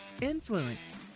influence